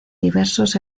diversos